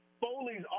Foley's